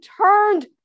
turned